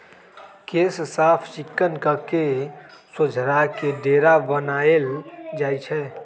केश साफ़ चिक्कन कके सोझरा के डोरा बनाएल जाइ छइ